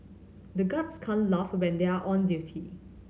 the guards can't laugh when they are on duty